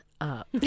up